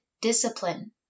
discipline